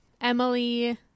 Emily